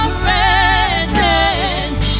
presence